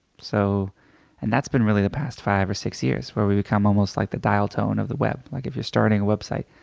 so and that's been really the past five or six years where we become almost like the dial tone of the web. like if you're starting a website,